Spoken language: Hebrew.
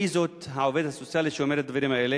מי זאת העובדת הסוציאלית שאומרת את הדברים האלה?